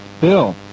Bill